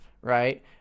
right